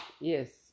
Yes